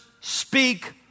speak